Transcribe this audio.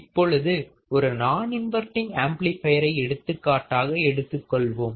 இப்பொழுது ஒரு நான் இன்வர்டிங் ஆம்ப்ளிஃபையரை எடுத்துக்காட்டாக எடுத்துக் கொள்வோம்